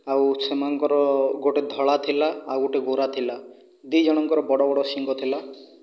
ଆଉ ସେମାନଙ୍କର ଗୋଟିଏ ଧଳା ଥିଲା ଆଉ ଗୋଟିଏ ଗୋରା ଥିଲା ଦୁଇ ଜଣଙ୍କର ବଡ଼ ବଡ଼ ଶିଙ୍ଗ ଥିଲା